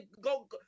go